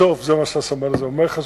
בסוף זה מה שהסמל הזה אומר לך,